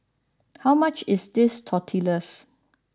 how much is this Tortillas